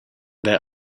their